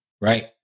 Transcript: right